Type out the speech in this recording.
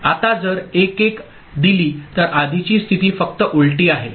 आता जर 1 1 दिली तर आधीची स्थिती फक्त उलटी आहे